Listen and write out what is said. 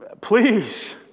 please